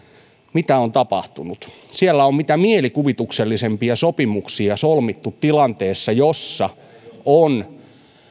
mitä on tapahtunut siellä on mitä mielikuvituksellisempia sopimuksia solmittu tilanteessa jossa on